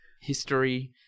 History